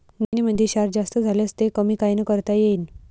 जमीनीमंदी क्षार जास्त झाल्यास ते कमी कायनं करता येईन?